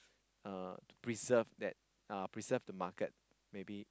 uh to preserve that uh preserve the market maybe